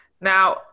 Now